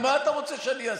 מה אתה רוצה שאני אעשה?